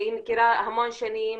שהיא מכירה המון שנים,